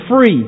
free